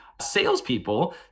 salespeople